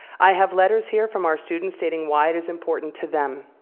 i have letters here from our students stating why it is important to them.